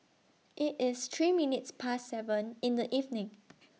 IT IS three minutes Past seven in The evening